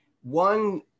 one